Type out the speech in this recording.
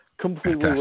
completely